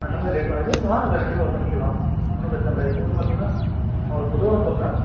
அந்த மாதிரி ரேட்லாம் இருக்குது நீங்கள் வாங்க சார் கண்டிப்பாக பண்ணிக்கலாம் ஒன்றும் பிரச்சனை இல்லை இது வந்து பார்த்திங்கன்னா நான் ஒரு பொதுவாக சொல்கிறேன்